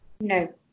no